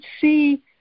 see